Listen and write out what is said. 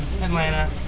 Atlanta